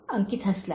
अंकित हसला